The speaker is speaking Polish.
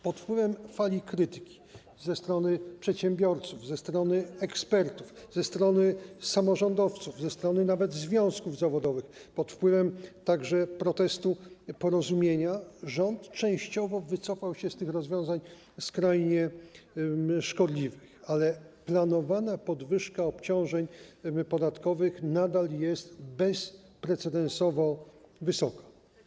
Pod wpływem fali krytyki ze strony przedsiębiorców, ze strony ekspertów, ze strony samorządowców, nawet ze strony związków zawodowych, pod wpływem także protestu Porozumienia rząd częściowo wycofał się z rozwiązań skrajnie szkodliwych, ale planowana podwyżka obciążeń podatkowych nadal jest bezprecedensowo wysoka.